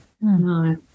No